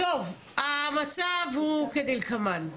המצב הוא כדלקמן.